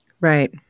Right